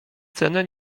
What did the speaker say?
cenę